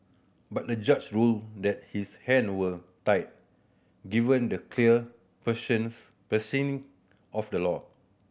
but the judge ruled that his hand were tied given the clear phrases phrasing of the law